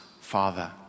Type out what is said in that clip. father